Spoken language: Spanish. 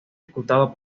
ejecutado